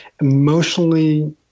emotionally